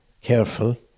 careful